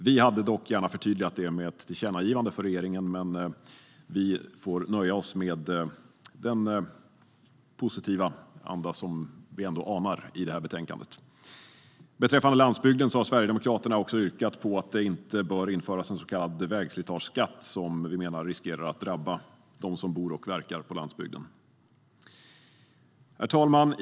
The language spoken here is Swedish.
Vi hade dock gärna förtydligat detta med ett tillkännagivande till regeringen, men vi får nöja oss med den positiva anda som vi ändå anar i betänkandet. Beträffande landsbygden har Sverigedemokraterna yrkat på att det inte bör införas en så kallad vägslitageskatt, som vi menar riskerar att drabba dem som bor och verkar på landsbygden. Herr talman!